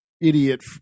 idiot